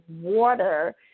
Water